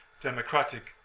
Democratic